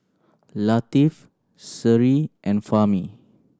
Latif Seri and Fahmi